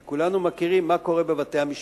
כי כולנו יודעים מה קורה בבתי-המשפט.